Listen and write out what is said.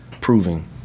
proving